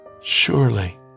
Surely